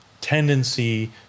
tendency